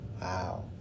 Wow